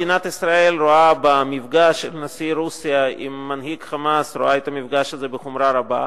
מדינת ישראל רואה את המפגש של נשיא רוסיה עם מנהיג "חמאס" בחומרה רבה.